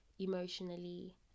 emotionally